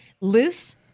Loose